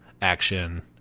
action